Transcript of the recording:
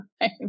time